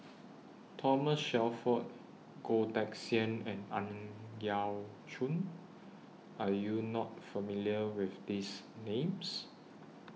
Thomas Shelford Goh Teck Sian and Ang Yau Choon Are YOU not familiar with These Names